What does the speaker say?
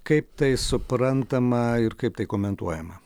kaip tai suprantama ir kaip tai komentuojama